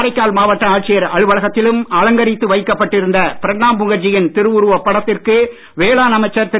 காரைக்கால் மாவட்ட அலுவலகத்திலும் அலங்கரித்து வைக்கப்பட்டிருந்த பிரணாப் முகர்ஜியின் திருவுருவப் படத்திற்கு வேளாண் அமைச்சர் திரு